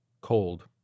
cold